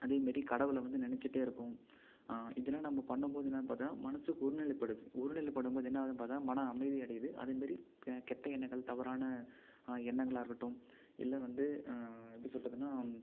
அதேமாரி கடவுளை வந்து நினைச்சிகிட்டே இருக்கோம் இதுலாம் நம்ம பண்ணும் போது என்னனு பார்த்தோன்னா மனசு ஒருநிலை படுது ஒருநிலை படும் போது என்ன ஆகுதுன்னு பார்த்தோன்னா மனம் அமைதி அடையுது அதேமாரி கெ கெட்ட எண்ணங்கள் தவறான எண்ணங்களாக இருக்கட்டும் எல்லா வந்து எப்படி சொல்லுறதுன்னா